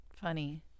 funny